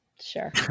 Sure